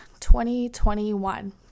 2021